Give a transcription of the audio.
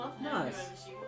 Nice